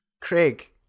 Craig